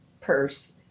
purse